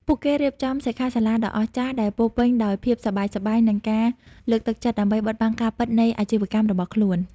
ពួកគេរៀបចំសិក្ខាសាលាដ៏អស្ចារ្យដែលពោរពេញដោយភាពសប្បាយៗ និងការលើកទឹកចិត្ត ដើម្បីបិទបាំងការពិតនៃអាជីវកម្មរបស់ខ្លួន។